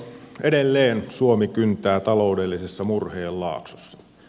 edelleen suomi kyntää taloudellisessa murheen laaksossa